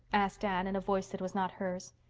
asked anne in a voice that was not hers.